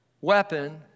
weapon